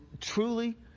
truly